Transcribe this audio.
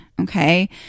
Okay